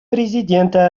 президента